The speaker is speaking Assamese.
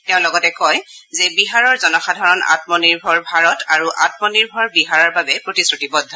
তেওঁ লগতে কয় যে বিহাৰৰ জনসাধাৰণ আমনিৰ্ভৰ ভাৰত আৰু আমনিৰ্ভৰ বিহাৰৰ বাবে প্ৰতিশ্ৰতিবদ্ধ